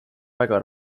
väga